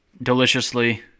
Deliciously